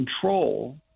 control—